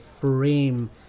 frame